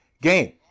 game